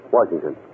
Washington